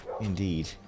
Indeed